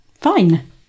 fine